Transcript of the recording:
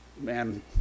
man